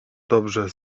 dobrze